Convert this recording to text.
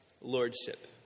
lordship